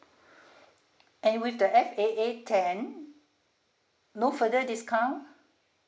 and with the F A A ten no further discount